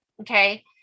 okay